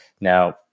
Now